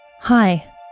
Hi